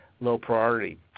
low-priority